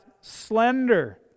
slender